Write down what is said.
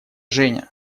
женя